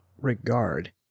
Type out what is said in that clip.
regard